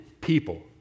people